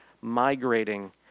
migrating